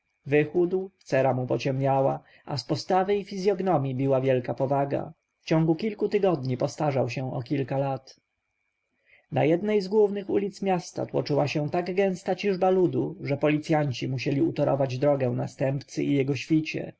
wychudł cera mu pociemniała a z postawy i fizjognomji biła wielka powaga w ciągu kilku tygodni postarzał się o kilka lat na jednej z głównych ulic miasta tłoczyła się tak gęsta ciżba ludu że policjanci musieli utorować drogę następcy i jego świcie